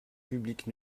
publique